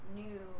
new